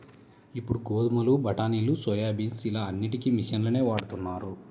ఇప్పుడు గోధుమలు, బఠానీలు, సోయాబీన్స్ ఇలా అన్నిటికీ మిషన్లనే వాడుతున్నారు